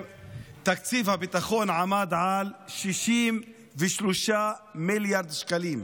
תקציב הביטחון עמד על 63 מיליארד שקלים.